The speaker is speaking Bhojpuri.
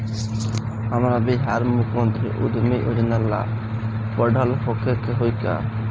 हमरा बिहार मुख्यमंत्री उद्यमी योजना ला पढ़ल होखे के होई का?